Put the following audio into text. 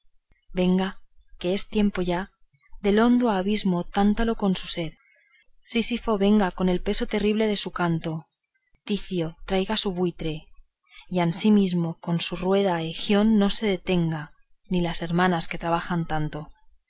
venga que es tiempo ya del hondo abismo tántalo con su sed sísifo venga con el peso terrible de su canto ticio traya su buitre y ansimismo con su rueda egón no se detenga ni las hermanas que trabajan tanto